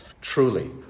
truly